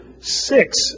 six